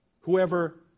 Whoever